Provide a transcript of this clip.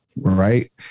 right